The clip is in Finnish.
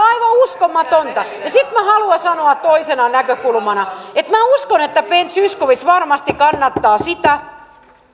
aivan uskomatonta ja sitten minä haluan sanoa toisena näkökulmana että minä uskon että ben zyskowicz varmasti kannattaa sitä